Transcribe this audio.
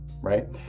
right